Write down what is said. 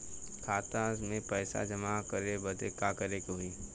खाता मे पैसा जमा करे बदे का करे के होई?